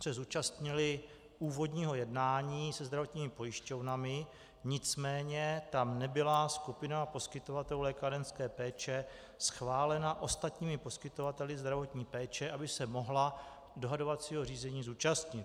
Dne 1. 4. 2015 se zúčastnili úvodního jednání se zdravotními pojišťovnami, nicméně tam nebyla skupina poskytovatelů lékárenské péče schválena ostatními poskytovateli zdravotní péče, aby se mohla dohodovacího řízení zúčastnit.